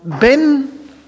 Ben